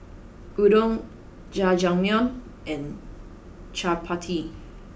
Udon Jajangmyeon and Chapati